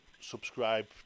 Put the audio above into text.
subscribe